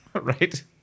Right